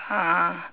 uh